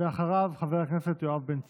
ואחריו, חבר הכנסת יואב בן צור.